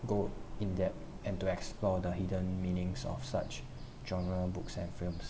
go in depth and to explore the hidden meanings of such genre books and films